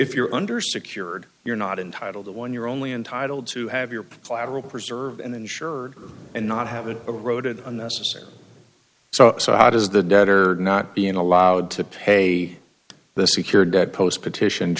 if you're under secured you're not entitled to one you're only entitle to have your plateau preserved and insured and not having a road unnecessary so so how does the debtor not being allowed to pay the secured debt post petition